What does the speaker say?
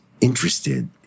interested